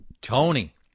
Tony